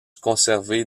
conservés